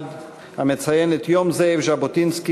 מיוחד המציין את יום זאב ז'בוטינסקי,